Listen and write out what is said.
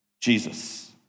Jesus